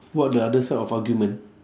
what the other side of argument